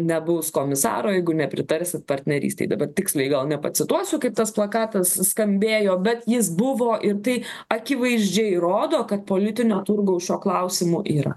nebus komisaro jeigu nepritarsit partnerystei dabar tiksliai nepacituosiu kaip tas plakatas skambėjo bet jis buvo ir tai akivaizdžiai rodo kad politinio turgaus šiuo klausimu yra